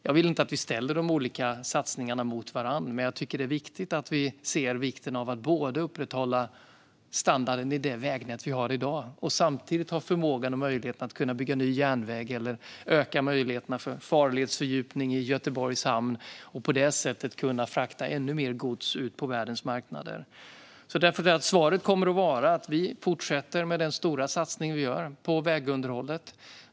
Jag vill inte att vi ställer de olika satsningarna mot varandra, men jag tycker att det är viktigt att vi ser vikten av att både upprätthålla standarden i det vägnät vi har i dag och samtidigt ha förmågan och möjligheten att kunna bygga ny järnväg och öka möjligheterna för farledsfördjupning i Göteborgs hamn och på det sättet kunna frakta ännu mer gods ut på världens marknader. Svaret är därför att vi fortsätter med den stora satsning som vi gör på vägunderhållet.